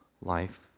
life